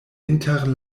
inter